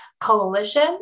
Coalition